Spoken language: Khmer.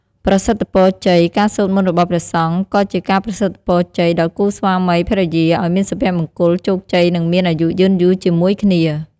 ប្រសិទ្ធពរជ័យ ការសូត្រមន្តរបស់ព្រះសង្ឃក៏ជាការប្រសិទ្ធពរជ័យដល់គូស្វាមីភរិយាឱ្យមានសុភមង្គល ជោគជ័យ និងមានអាយុយឺនយូរជាមួយគ្នា។